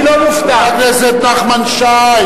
אני לא מופתע, חבר הכנסת נחמן שי.